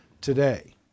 today